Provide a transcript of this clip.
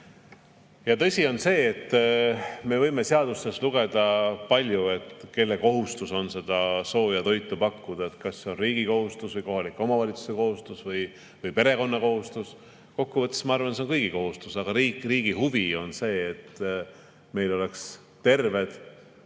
Tõsi on see, et me võime seadustest lugeda palju, kelle kohustus on sooja toitu pakkuda, kas see on riigi kohustus, kohalike omavalitsuste kohustus või perekonna kohustus. Kokkuvõttes ma arvan, et see on kõigi kohustus, aga riigi huvi on see, et meil oleks terved